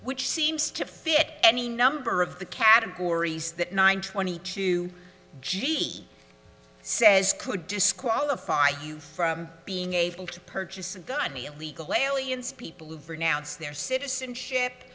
which seems to fit any number of the categories that nine twenty two g says could disqualify you from being able to purchase a gun illegal aliens people who've renounce their citizenship